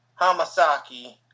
Hamasaki